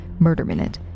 murderminute